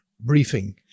briefing